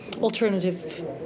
alternative